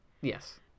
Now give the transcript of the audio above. Yes